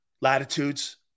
latitudes